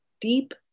deep